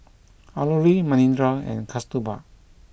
Alluri Manindra and Kasturba